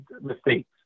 mistakes